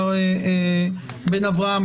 מר בן אברהם,